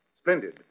Splendid